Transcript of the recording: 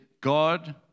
God